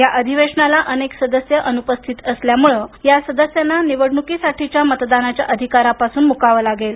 या अधिवेशनाला अनेक सदस्य अनुपस्थित असल्यामुळे या सदस्यांना निवडणुकीसाठीच्या मतदानाच्या अधिकारापासून मुकावं लागेल